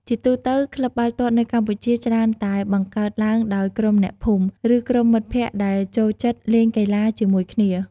ជាទូទៅ ក្លឹបបាល់ទាត់នៅកម្ពុជា ច្រើនតែបង្កើតឡើងដោយក្រុមអ្នកភូមិ ឬក្រុមមិត្តភក្តិដែលចូលចិត្តលេងកីឡាជាមួយគ្នា។